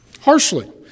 harshly